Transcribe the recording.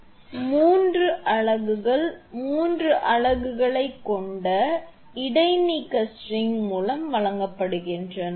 எனவே மூன்று அலகுகள் மூன்று அலகுகளைக் கொண்ட இடைநீக்க ஸ்ட்ரிங் மூலம் வழங்கப்படுகின்றன